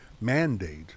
mandate